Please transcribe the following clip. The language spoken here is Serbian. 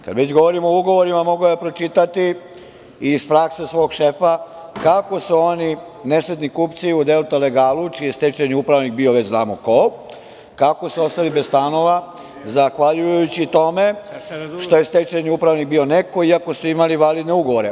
Kad već govorimo o ugovorima mogao je pročitati iz prakse svog šefa, kako su oni nesretni kupci u Delta legalu, čiji je stečajni upravnik bio, već znamo ko, kako su ostali bez stanova zahvaljujući tome što je stečajni upravnik bio neko i ako su imali validne ugovore.